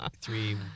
three